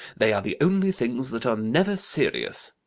they are the only things that are never serious.